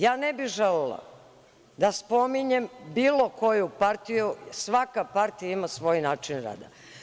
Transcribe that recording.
Ja ne bih želela da spominjem bilo koju partiju, svaka partija ima svoj način rada.